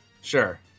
Sure